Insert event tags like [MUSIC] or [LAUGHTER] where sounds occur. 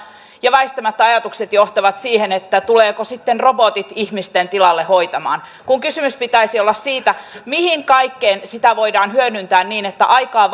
ja väistämättä ajatukset johtavat siihen tulevatko sitten robotit ihmisten tilalle hoitamaan kun kysymyksen pitäisi olla siitä mihin kaikkeen sitä voidaan hyödyntää niin että aikaa [UNINTELLIGIBLE]